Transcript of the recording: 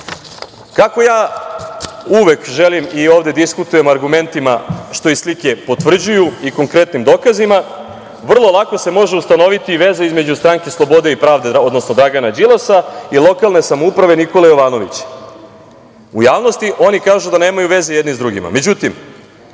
ja uvek želim i ovde diskutujem argumentima, što i slike potvrđuju, i konkretnim dokazima, vrlo lako se može ustanoviti i veza između Stranke slobode i pravde, odnosno Dragana Đilasa i „Lokalne samouprave“ Nikole Jovanovića. U javnosti oni kažu da nemaju veze jedni s drugima.Međutim,